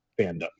fandom